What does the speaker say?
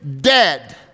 dead